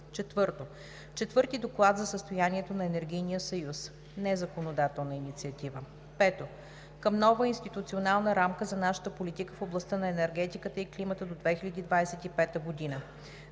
4. Четвърти доклад за състоянието на енергийния съюз (незаконодателна инициатива). 5. Към нова институционална рамка за нашата политика в областта на енергетиката и климата до 2025 г.: